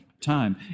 time